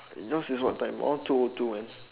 yours is what time all two O two man